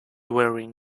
wearing